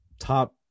top